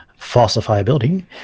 Falsifiability